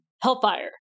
Hellfire